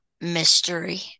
mystery